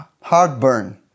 heartburn